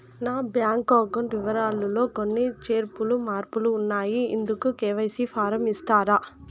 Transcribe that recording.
నా bank account వివరాలు లో కొన్ని చేర్పులు మార్పులు ఉన్నాయి, ఇందుకు కె.వై.సి ఫారం ఇస్తారా?